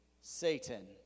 Satan